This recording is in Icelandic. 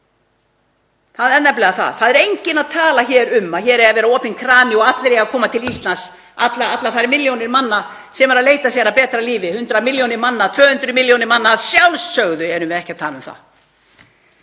Það er nefnilega það. Það er enginn að tala um að hér eigi að vera opinn krani og allir eigi að koma til Íslands, allar þær milljónir manna sem eru að leita sér að betra lífi, 100 milljónir manna, 200 milljónir manna. Að sjálfsögðu erum við ekki að tala um það.